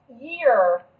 year